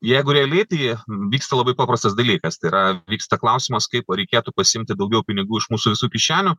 jeigu realiai tai vyksta labai paprastas dalykas tai yra vyksta klausimas kaip reikėtų pasiimti daugiau pinigų iš mūsų visų kišenių